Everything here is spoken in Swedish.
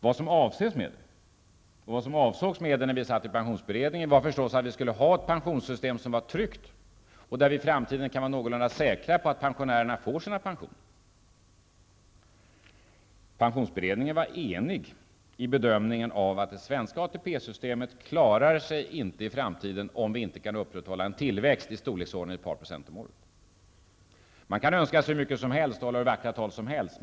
Vad som avses med begreppet, och vad som avsågs med det i pensionsberedningen, är förstås att vi skall ha ett tryggt pensionssystem, som gör att vi i framtiden kan vara säkra på att pensionärerna får sina pensioner. Pensionsberedningen var enig i sin bedömning av det svenska ATP-systemet så till vida att detta inte klarar sig i framtiden om vi inte kan upprätthålla en tillväxt om i storleksordningen ett par procent per år. Man kan önska sig hur mycket som helst och hålla hur vackra tal som helst.